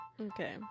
Okay